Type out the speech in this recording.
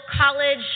college